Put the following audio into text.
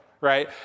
right